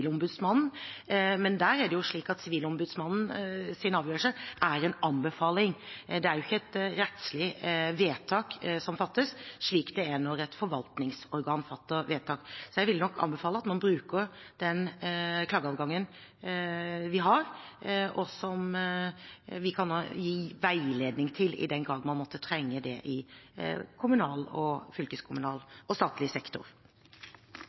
men det er jo slik at Sivilombudsmannens avgjørelse er en anbefaling. Det er ikke et rettslig vedtak som fattes, slik det er når et forvaltningsorgan fatter vedtak. Jeg vil nok anbefale at man bruker den klageadgangen vi har, og som vi kan gi veiledning om, i den grad man måtte trenge det i kommunal, fylkeskommunal og statlig sektor.